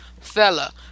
fella